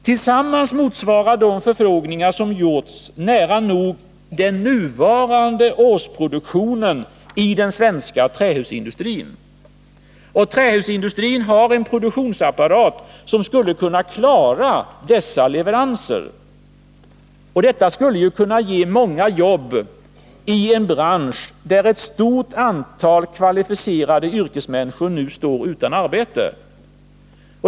Tillsammans motsvarar de förfrågningar som gjorts nära nog den nuvarande årsproduktionen i den svenska trähusindustrin. Trähusindustrin har en produktionsapparat som skulle kunna klara dessa leveranser. Detta skulle ju kunna ge många jobb i en bransch där ett stort antal kvalificerade yrkesmänniskor nu står utan arbete.